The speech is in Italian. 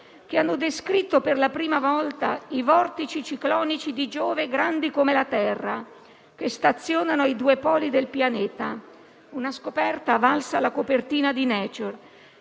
che hanno descritto per la prima volta i vortici ciclonici di Giove, grandi come la terra, che stazionano ai due poli del pianeta, una scoperta valsa la copertina di «Nature»;